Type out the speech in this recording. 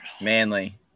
Manly